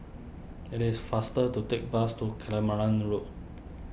it is faster to take bus to Road